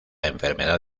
enfermedad